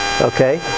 Okay